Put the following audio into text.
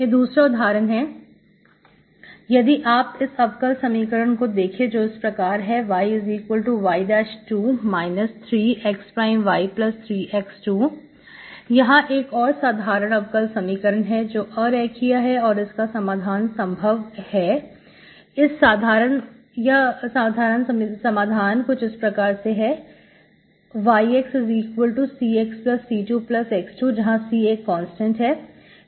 यह दूसरा उदाहरण है यदि आप इस अवकल समीकरण को देखें जो इस प्रकार है yy2 3xy3x2 यहां एक और असाधारण अवकल समीकरण है जो अरेखीय है और इसका समाधान संभव है इसका साधारण समाधान कुछ इस प्रकार से है yxCxC2x2 जहांC एक कांस्टेंट है